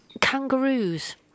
Kangaroos